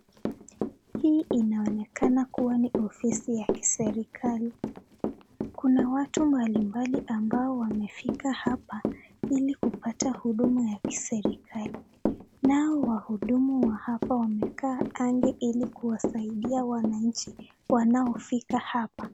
Hii inaonekana kuwa ni ofisi ya kiserikali, kuna watu mbali mbali ambao wamefika ili kuweza kupata huduma za kiserikali. Nao wahudumu wa hapa wamekaa ange ili kuwasaidia wananchi wanaofika hapa.